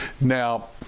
now